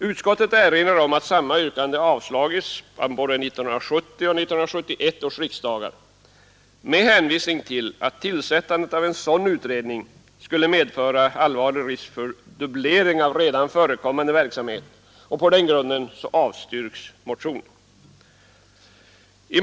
Utskottet erinrar om att samma yrkande avslagits av 1970 och 1971 års riksdagar med hä till att til dubblering av redan förekommande verksamhet. På den grunden avstyrks motionen.